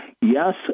Yes